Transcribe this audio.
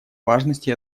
важности